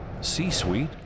C-Suite